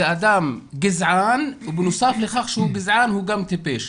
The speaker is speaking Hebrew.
זה אדם גזען ובנוסף לכך שהוא גזען, הוא גם טיפש.